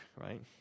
right